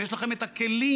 ויש לכם את הכלים,